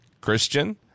Christian